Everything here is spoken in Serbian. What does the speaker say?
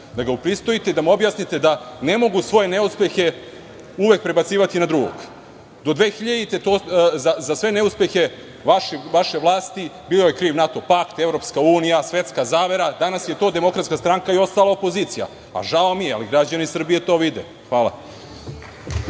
ga upristojite i da mu objasnite da ne mogu svoje neuspehe uvek prebacivati na drugog. Do 2000. za sve neuspehe vaše vlasti bio je kriv NATO pakt, EU, svetska zavera, danas je to DS i ostala opozicija. Žao mi je, ali građani Srbije to vide. Hvala.